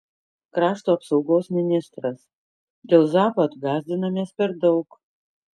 krašto apsaugos ministras dėl zapad gąsdinamės per daug